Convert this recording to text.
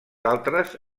altres